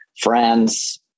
friends